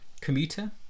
Commuter